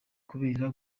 kubera